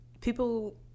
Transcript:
people